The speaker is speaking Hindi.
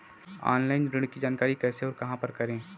ऑनलाइन ऋण की जानकारी कैसे और कहां पर करें?